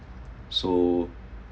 so